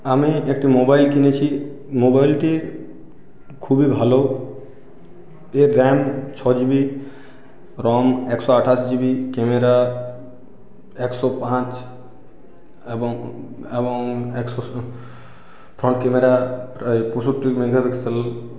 আমি একটি মোবাইল কিনেছি মোবাইলটি খুবই ভালো এর র্যাম ছ জিবি রম একশো আঠাশ জিবি ক্যামেরা একশো পাঁচ এবং এবং একশো স ফ্রন্ট ক্যামেরা প্রায় পঁয়ষট্টি মেগাপিক্সেল